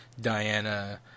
Diana